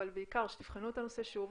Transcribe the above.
אבל בעיקר שתבחנו את הנושא שוב